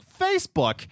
Facebook